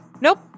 Nope